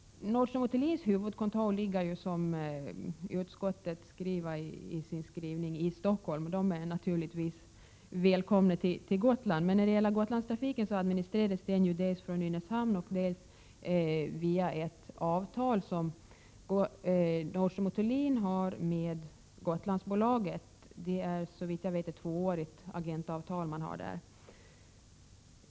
Nordström & Thulins huvudkontor ligger som utskottet skriver i Stockholm, men vi skulle naturligtvis välkomna det till Gotland. Gotlandstrafiken administreras dels från Nynäshamn, dels via ett avtal som Nordström & Thulin har med Gotlandsbolaget. Det är såvitt jag vet ett tvåårigt agentavtal.